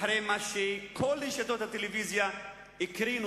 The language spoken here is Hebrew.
אחרי מה שכל רשתות הטלוויזיה הקרינו,